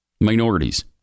minorities